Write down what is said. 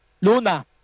Luna